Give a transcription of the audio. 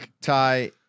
Ty